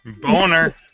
Boner